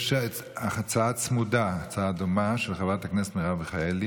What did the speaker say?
יש הצעה צמודה, הצעה דומה, של חברת הכנסת מיכאלי.